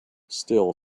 still